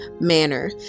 manner